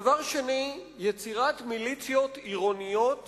דבר שני, יצירת מיליציות עירוניות